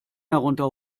herunter